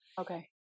Okay